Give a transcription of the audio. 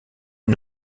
est